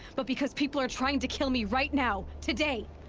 but because people are trying to kill me right now. today!